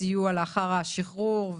וסיוע לאחר השחרור.